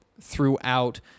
throughout